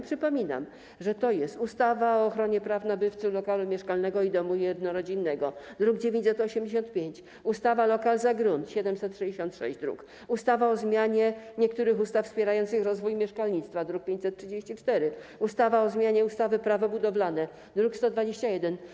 Przypominam, że to jest ustawa o ochronie praw nabywcy lokalu mieszkalnego i domu jednorodzinnego, druk nr 985, ustawa lokal za grunt, druk nr 766, ustawa o zmianie niektórych ustaw wspierających rozwój mieszkalnictwa, druk nr 534, ustawa o zmianie ustawy - Prawo budowlane, druk nr 121.